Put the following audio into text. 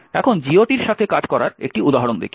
আসুন GOT এর সাথে কাজ করার একটি উদাহরণ দেখি